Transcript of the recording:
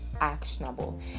actionable